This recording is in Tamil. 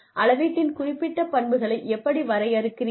அளவீட்டின் குறிப்பிட்ட பண்புகளை எப்படி வரையறுக்கிறீர்கள்